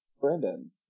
Brandon